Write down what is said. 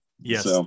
Yes